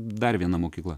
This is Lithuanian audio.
dar viena mokykla